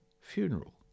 funeral